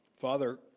Father